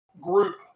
group